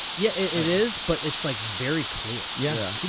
yeah it is, but it's like very clear. yeah. so